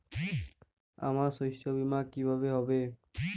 আমার শস্য বীমা কিভাবে হবে?